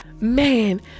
man